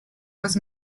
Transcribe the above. was